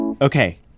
Okay